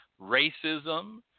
racism